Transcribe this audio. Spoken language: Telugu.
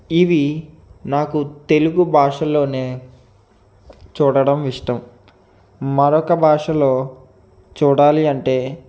ఇవి నాకు తెలుగు భాషలోనే చూడడం ఇష్టం మరొక భాషలో చూడాలి అంటే